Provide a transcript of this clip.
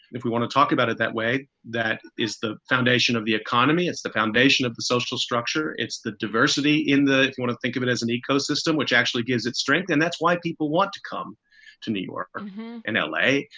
if we want to talk about it that way, that is the foundation of the economy. it's the foundation of the social structure. it's the diversity in the way to think of it as an ecosystem, which actually gives it strength. and that's why people want to come to new york and l a.